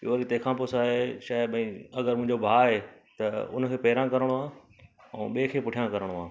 ॿियो वरी तंहिं खां पोइ छाहे छाहे भई अगरि मुंहिंजो भाउ आहे त हुनखे पहिरां करिणो आहे ऐं ॿिएं खे पुठियां करिणो आहे